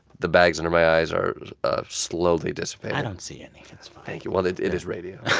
the bags under my eyes are ah slowly dissipated i don't see any. that's fine thank you. well, it it is radio